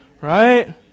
Right